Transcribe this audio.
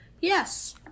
yes